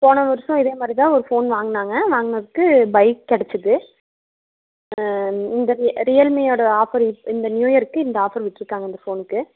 போன வருஷம் இதேமாதிரிதான் ஒரு ஃபோன் வாங்கினாங்க வாங்கினதுக்கு பைக் கிடச்சிது இந்த ரி ரியல்மீயோடய ஆஃபர் இந்த நியூ இயருக்கு இந்த ஆஃபர் விட்டிருக்காங்க அந்த ஃபோனுக்கு